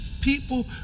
people